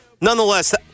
nonetheless